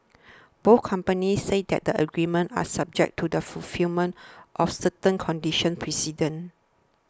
both companies said that the agreements are subject to the fulfilment of certain conditions precedent